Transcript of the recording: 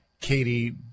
Katie